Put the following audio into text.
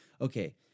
okay